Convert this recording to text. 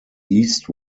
east